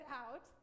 out